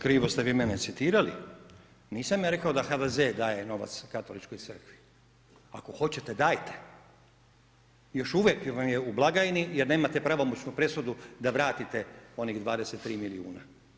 Krivo ste vi mene citirali, nisam ja rekao da HDZ daje novac Katoličkoj crkvi, ako hoćete dajte, još uvijek vam je u blagajni, jer nemate pravomoćnu presudu, da vratite onih 23 milijuna.